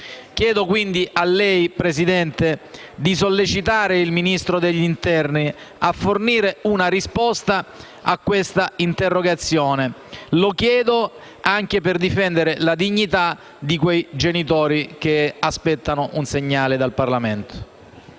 Chiedo quindi a lei, signora Presidente, di sollecitare il Ministro dell’interno a fornire una risposta a questa interrogazione. Lo chiedo anche per difendere la dignità di quei genitori che aspettano un segnale dal Parlamento.